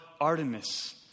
Artemis